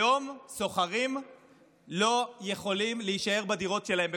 היום שוכרים לא יכולים להישאר בדירות שלהם.